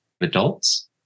adults